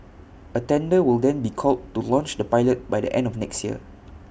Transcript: A tender will then be called to launch the pilot by the end of next year